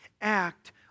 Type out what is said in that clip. act